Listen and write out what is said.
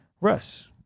Russ